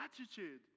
attitude